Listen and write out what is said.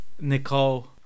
Nicole